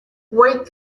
wait